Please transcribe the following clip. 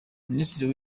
minisitiri